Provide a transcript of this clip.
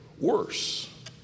worse